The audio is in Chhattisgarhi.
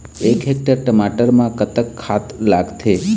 एक हेक्टेयर टमाटर म कतक खाद लागथे?